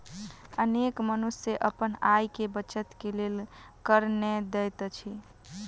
अनेक मनुष्य अपन आय के बचत के लेल कर नै दैत अछि